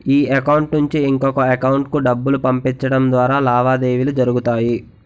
ఈ అకౌంట్ నుంచి ఇంకొక ఎకౌంటుకు డబ్బులు పంపించడం ద్వారా లావాదేవీలు జరుగుతాయి